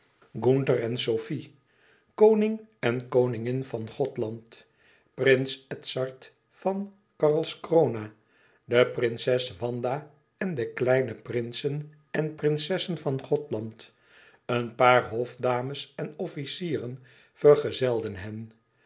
gunther en sofie koning en koningin van gothland prins edzard van karlskrona de prinses wanda en de kleine prinsen en prinsessen van gothland een paar hofdames en officieren vergezelden hen